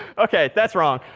ok. that's wrong.